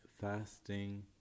fasting